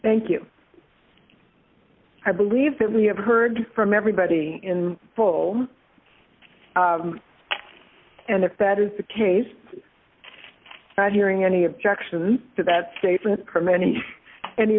thank you i believe that we have heard from everybody in full and if that is the case not hearing any objection to that statement from any any